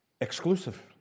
exclusive